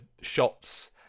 shots